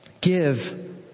Give